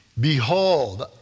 Behold